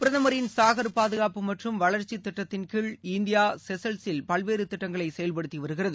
பிரதமரின் சாகர் பாதுகாப்பு மமற்றும் வளர்ச்சித் திட்டத்தின்கீழ் இந்தியா செசல்ஸில் பல்வேறு திட்டங்களை செயல்படுத்தி வருகிறது